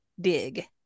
dig